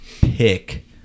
pick